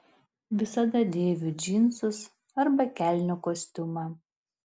visada dėviu džinsus arba kelnių kostiumą